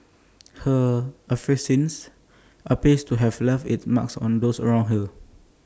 her effervescence appears to have left its mark on those around her